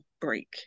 break